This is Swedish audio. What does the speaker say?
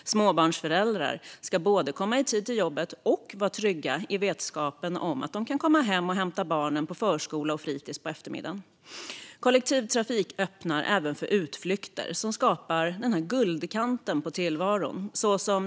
Småbarnsföräldrar ska både komma i tid till jobbet och vara trygga i vetskapen att de kan komma hem och hämta barnen på förskola och fritis på eftermiddagen. Kollektivtrafik öppnar även för utflykter som sätter guldkant på tillvaron.